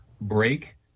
break